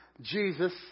Jesus